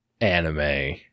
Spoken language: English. anime